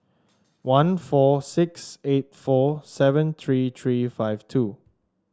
one four six eight four seven three three five two